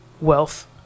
wealth